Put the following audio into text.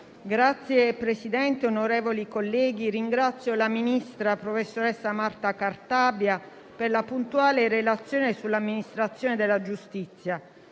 Signor Presidente, onorevoli colleghi, ringrazio la ministra, professoressa Marta Cartabia, per la puntuale relazione sull'amministrazione della giustizia.